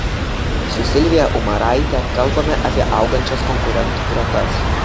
su silvija umaraite kalbame apie augančias konkurentų gretas